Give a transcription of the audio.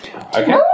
Okay